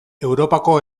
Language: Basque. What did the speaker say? europako